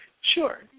Sure